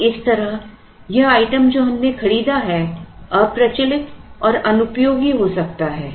और इस तरह यह आइटम जो हमने खरीदा है अप्रचलित और अनुपयोगी हो सकता है